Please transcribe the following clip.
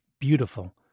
beautiful